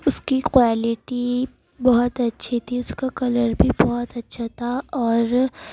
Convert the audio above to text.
اس کی قوائلٹی بہت اچھی تھی اس کا کلر بھی بہت اچھا تھا اور